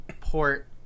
port